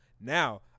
Now